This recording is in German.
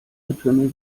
getümmel